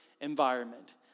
environment